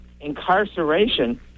incarceration